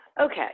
okay